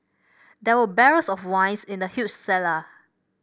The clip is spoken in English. there were barrels of wines in the huge cellar